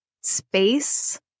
space